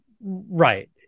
Right